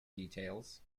details